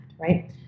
right